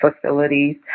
facilities